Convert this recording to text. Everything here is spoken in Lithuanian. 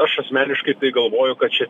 aš asmeniškai tai galvoju kad čia